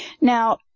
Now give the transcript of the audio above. Now